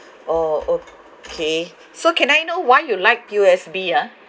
oh okay so can I know why you like P_O_S_B ah